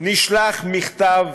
נשלח מכתב